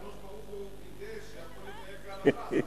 אבל הקדוש-ברוך-הוא וידא שהכול יצא כהלכה,